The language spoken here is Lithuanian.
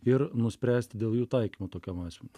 ir nuspręsti dėl jų taikymo tokiam asmeniui